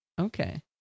Okay